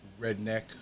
redneck